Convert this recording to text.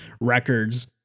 records